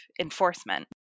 enforcement